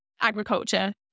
agriculture